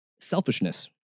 selfishness